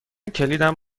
کلیدم